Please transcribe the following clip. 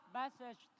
message